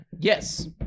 yes